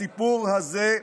הסיפור הזה,